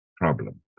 problem